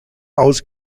aus